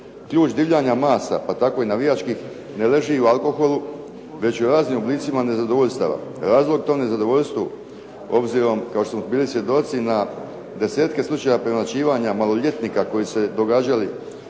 Ključ divljanja masa pa tako i navijačkih ne leži u alkoholu, već u raznim oblicima nezadovoljstava. Razlog tom nezadovoljstvu, obzirom kao što smo bili svjedoci na desetke slučajeva premlaćivanja maloljetnika koji se događali